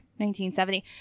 1970